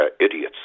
idiots